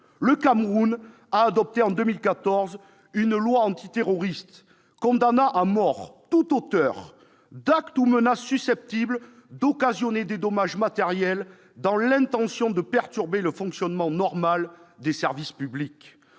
Le Cameroun a adopté en 2014 une loi antiterroriste condamnant à mort tout auteur « d'acte ou menace susceptibles d'occasionner des dommages matériels dans l'intention de perturber le fonctionnement normal des services publics